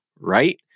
right